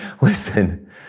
Listen